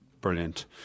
brilliant